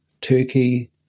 Turkey